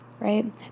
right